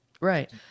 Right